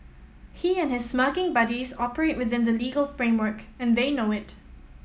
he and his smirking buddies operate within the legal framework and they know it